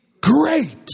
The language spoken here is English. great